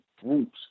groups